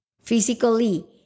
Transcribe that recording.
physically